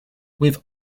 with